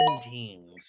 teams